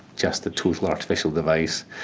just the total artificial device.